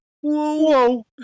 Whoa